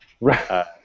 Right